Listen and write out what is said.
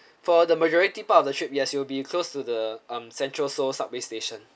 for the majority part of the trip yes you will be close to the um central seoul subway station